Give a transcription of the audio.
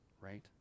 right